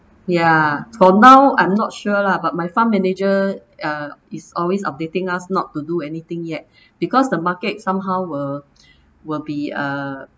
ya for now I'm not sure lah but my fund manager uh is always updating us not to do anything yet because the market somehow will will be a